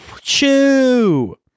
Chew